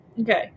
Okay